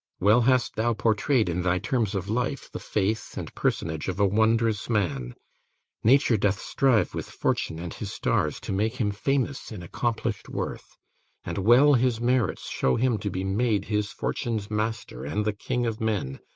well hast thou pourtray'd in thy terms of life the face and personage of a wondrous man nature doth strive with fortune and his stars to make him famous in accomplish'd worth and well his merits shew him to be made his fortune's master and the king of men,